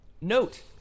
Note